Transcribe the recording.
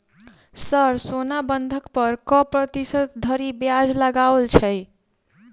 Sir सोना बंधक पर कऽ प्रतिशत धरि ब्याज लगाओल छैय?